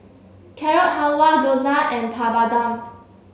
Carrot Halwa Gyoza and Papadum